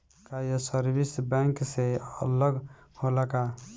का ये service bank से अलग होला का?